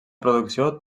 producció